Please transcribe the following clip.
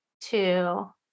two